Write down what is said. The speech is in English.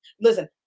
listen